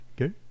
Okay